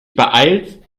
beeilst